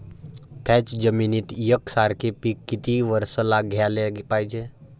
थ्याच जमिनीत यकसारखे पिकं किती वरसं घ्याले पायजे?